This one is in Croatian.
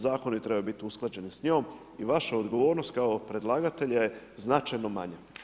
Zakoni trebaju biti usklađeni s njom i vaša odgovornost kao predlagatelja je značajno manja.